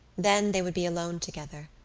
then they would be alone together.